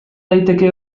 daiteke